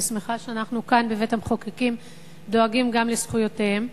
אני שמחה שאנחנו כאן בבית-המחוקקים דואגים גם לזכויותיהם.